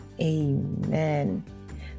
Amen